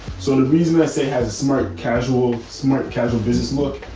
sort of reason i say has a smart, casual, smart, casual business look,